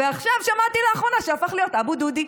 ועכשיו, שמעתי לאחרונה שהוא הפך להיות אבו דודי.